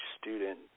student